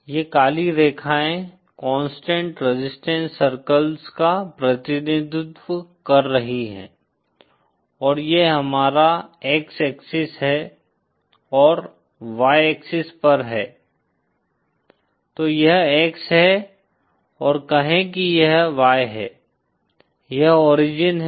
ये काली रेखाएं कांस्टेंट रेजिस्टेंस सर्कल्स का प्रतिनिधित्व कर रही हैं और यह हमारा X एक्सिस और Y एक्सिस पर है तो यह X है और कहें कि यह Y है यह ओरिजिन है